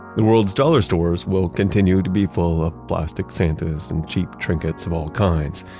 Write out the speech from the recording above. the world's dollar stores will continue to be full of plastic santas and cheap trinkets of all kinds.